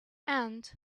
and